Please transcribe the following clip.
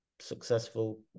successful